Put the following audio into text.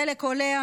הדלק עולה,